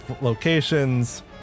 locations